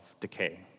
decay